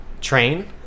train